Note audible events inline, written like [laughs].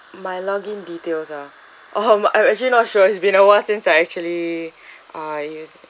my login details ah um [laughs] I'm actually not sure it's been a while since I actually uh use